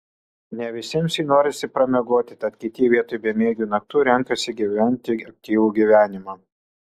ne visiems jį norisi pramiegoti tad kiti vietoj bemiegių naktų renkasi gyventi aktyvų gyvenimą